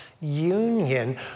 union